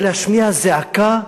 זה להשמיע זעקה.